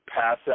pass